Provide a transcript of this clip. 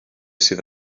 sydd